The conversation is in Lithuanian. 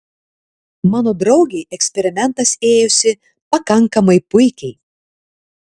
mano draugei eksperimentas ėjosi pakankamai puikiai